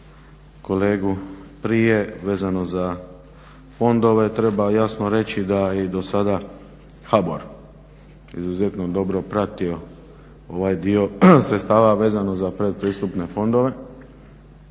kolegu prije vezano za fondove treba jasno reći da i dosada HBOR je izuzetno dobro pratio dio sredstava vezano za pretpristupne fondove